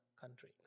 country